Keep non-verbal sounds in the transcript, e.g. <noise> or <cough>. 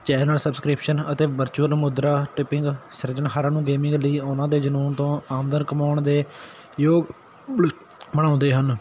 channel subscription ਅਤੇ virtual ਮੁਦਰਾ tipping ਸਿਰਜਾਣਹਾਰਾਂ ਨੂੰ ਗੇਮਿੰਗ ਲਈ ਉਹਨਾਂ ਦੇ ਜਨੂੰਨ ਤੋਂ ਆਮਦਨ ਕਮਾਉਣ ਦੇ ਯੋਗ <unintelligible> ਬਣਾਉਂਦੇ ਹਨ